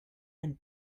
and